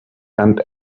and